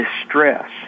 distress